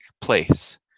place